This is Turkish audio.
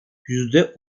yüzde